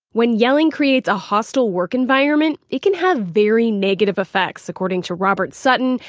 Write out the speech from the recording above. when yelling creates a hostile work environment, it can have very negative effects according to robert sutton,